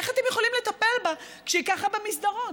איך אתם יכולים לטפל בה כשהיא ככה במסדרון?